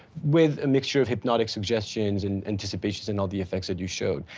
with a mixture of hypnotic suggestions, and anticipation and all the effects that you showed.